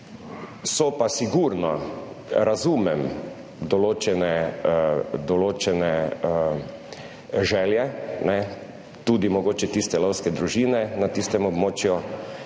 So pa sigurno, razumem določene želje, tudi mogoče tiste lovske družine na tistem območju,